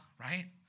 right